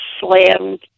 slammed